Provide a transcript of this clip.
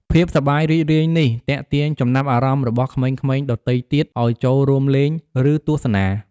ភាពសប្បាយរីករាយនេះទាក់ទាញចំណាប់អារម្មណ៍របស់ក្មេងៗដទៃទៀតឱ្យចូលរួមលេង ឬទស្សនា។